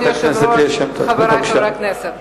אדוני היושב-ראש, חברי חברי הכנסת,